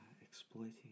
exploiting